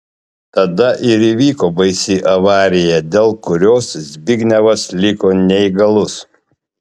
tada ir įvyko baisi avarija dėl kurios zbignevas liko neįgalus